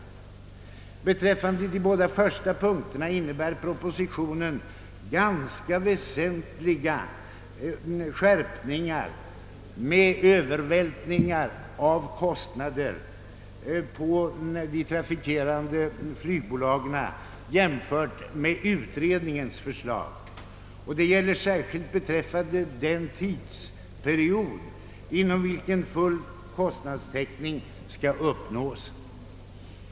Beträffande de båda första punkterna innebär propositionen ganska väsentliga skärpningar med övervältringar av kostader på de trafikerande flygbolagen, jämfört med utredningens förslag. Detta gäller särskilt beträffande den tidsperiod inom vilken full kostnadstäckning skall uppnås.